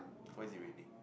what is it raining